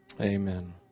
Amen